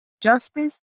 justice